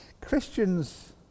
Christians